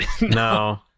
No